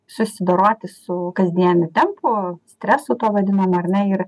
susidoroti su kasdieniu tempu stresu tuo vadinamu ar ne ir